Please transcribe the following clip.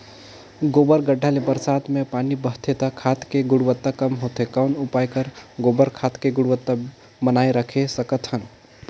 गोबर गढ्ढा ले बरसात मे पानी बहथे त खाद के गुणवत्ता कम होथे कौन उपाय कर गोबर खाद के गुणवत्ता बनाय राखे सकत हन?